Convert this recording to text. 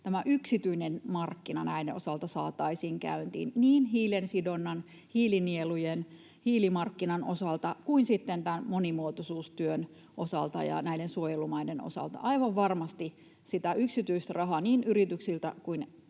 että yksityinen markkina näiden osalta saataisiin käyntiin niin hiilensidonnan, hiilinielujen ja hiilimarkkinan osalta kuin sitten monimuotoisuustyön osalta ja suojelumaiden osalta. Aivan varmasti sitä yksityisrahaa niin yrityksiltä kuin